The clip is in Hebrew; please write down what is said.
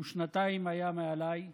הוא היה שנתיים מעליי